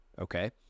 Okay